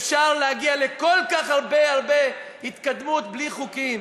אפשר להגיע לכל כך הרבה התקדמות בלי חוקים.